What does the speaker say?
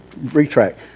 retract